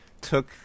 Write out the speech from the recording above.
took